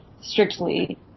strictly